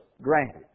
granted